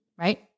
Right